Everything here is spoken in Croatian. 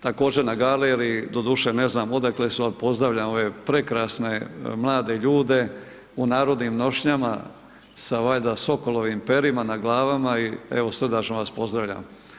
Također na galeriji, doduše ne znam odakle su ali pozdravljam ove prekrasne mlade ljude u narodnim nošnjama sa valjda sokolovim parijama na glavama i evo srdačno vas pozdravljam.